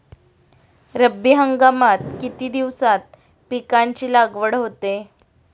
रब्बी हंगामात किती दिवसांत पिकांची लागवड होते?